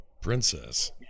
Princess